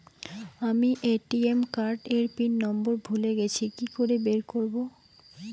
আমি ATM card এর pin number ভুলে গেছি কি করে বের করব?